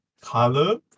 color